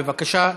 בבקשה,